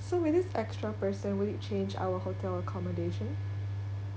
so with this extra person will it change our hotel accommodation